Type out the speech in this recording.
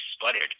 sputtered